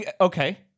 Okay